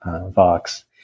Vox